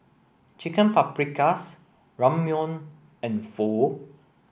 Chicken Paprikas Ramyeon and Pho